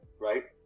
Right